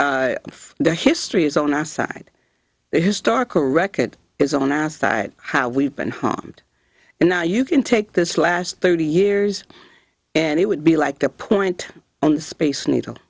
for the history is on our side the historical record is on our side how we've been harmed and now you can take this last thirty years and it would be like the point on the space needle